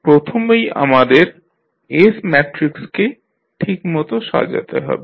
প্রথমেই আমাদের S ম্যাট্রিক্সকে ঠিকমত সাজাতে হবে